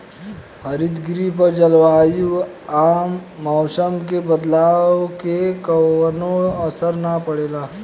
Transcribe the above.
हरितगृह पर जलवायु आ मौसम के बदलाव के कवनो असर ना पड़े